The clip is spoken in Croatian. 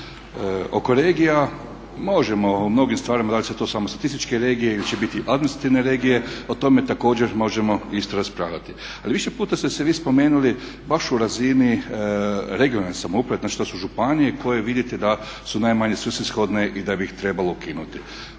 Oko regija možemo o nekim stvarima da li su to samo statističke regije ili će biti administrativne regija, o tome također možemo isto raspravljati. Ali više puta ste vi spomenuli baš u razini regionalne samouprave, znači to su županije koje vidite da su najmanje svrsishodne i da bi ih trebalo ukinuti.